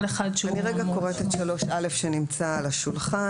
כל אחד שהוא --- אני רגע קוראת את 3(א) שנמצא על השולחן.